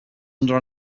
under